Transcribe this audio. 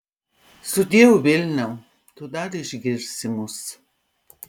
sudieu vilniau tu dar išgirsi mus